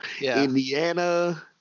Indiana